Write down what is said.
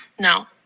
no